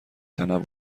تنوع